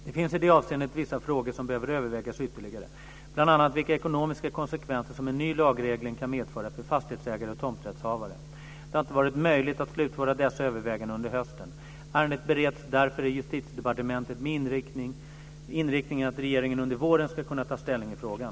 Det finns i det avseendet vissa frågor som behöver övervägas ytterligare, bl.a. vilka ekonomiska konsekvenser som en ny lagreglering kan medföra för fastighetsägare och tomträttshavare. Det har inte varit möjligt att slutföra dessa överväganden under hösten. Ärendet bereds därför i Justitiedepartementet med inriktningen att regeringen under våren ska kunna ta ställning i frågan.